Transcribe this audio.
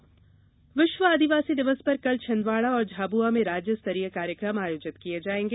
आदिवासी दिवस विश्व आदिवासी दिवस पर कल छिंदवाड़ा और झाबुआ में राज्य स्तरीय कार्यक्रम आयोजित किये जाएंगे